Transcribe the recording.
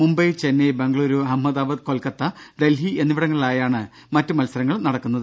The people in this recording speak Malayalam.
മുംബൈ ചെന്നൈബംഗളൂരു അഹമ്മദാബാദ് കൊൽക്കത്ത ഡൽഹി എന്നിവിടങ്ങളിലായാണ് മറ്റ് മത്സരങ്ങൾ നടക്കുന്നത്